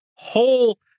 Whole